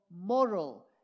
moral